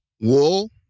wool